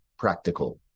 practical